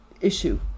issue